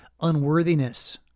unworthiness